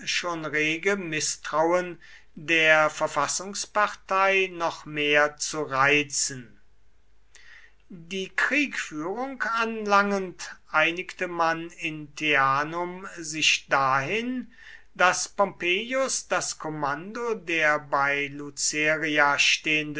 schon rege mißtrauen der verfassungspartei noch mehr zu reizen die kriegführung anlangend einigte man in teanum sich dahin daß pompeius das kommando der bei